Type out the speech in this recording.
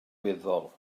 weddol